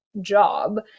job